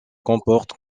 comporte